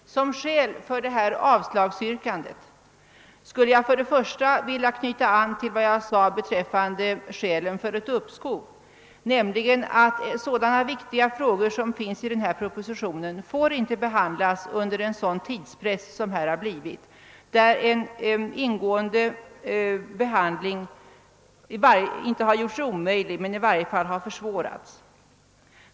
Som skäl för avslagsyrkandet skulle jag för det första vilja anknyta till vad jag sade beträffande skälen för ett uppskov, nämligen att så viktiga frågor som de som berörs i propositionen inte skall behandlas under denna tidspress, som visserligen inte gjort en ingående behandling omöjlig men i varje fall försvårat den.